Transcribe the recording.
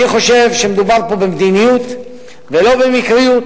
אני חושב שמדובר פה במדיניות ולא במקריות.